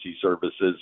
services